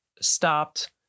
stopped